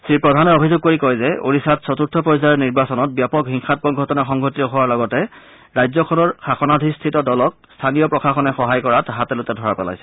শ্ৰীপ্ৰধানে অভিযোগ কৰি কয় যে ওড়িশাত চতুৰ্থ পৰ্যায়ৰ নিৰ্বাচনত ব্যাপক হিংসামাক ঘটনা সংঘটিত হোৱাৰ লগতে ৰাজ্যখনৰ শাসনাধিষ্ঠিত দলক স্থানীয় প্ৰশাসনে সহায় কৰাত হাতে লোটে ধৰা পেলাইছিল